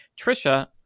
Trisha